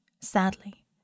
sadly